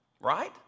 Right